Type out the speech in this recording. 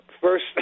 first